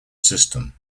system